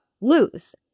lose